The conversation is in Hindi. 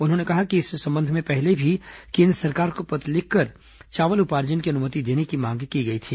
उन्होंने कहा कि इस संबंध में पहले भी केन्द्र सरकार को पत्र लिखकर चावल उपार्जन की अनुमति देने की मांग की गई थी